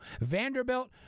Vanderbilt